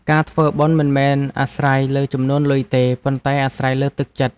ការធ្វើបុណ្យមិនមែនអាស្រ័យលើចំនួនលុយទេ ប៉ុន្តែអាស្រ័យលើទឹកចិត្ត។